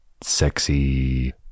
sexy